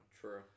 True